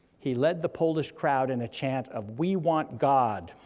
he led the polish crowd in a chant of we want god,